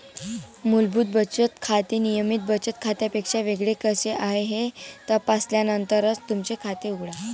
मूलभूत बचत खाते नियमित बचत खात्यापेक्षा वेगळे कसे आहे हे तपासल्यानंतरच तुमचे खाते उघडा